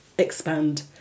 expand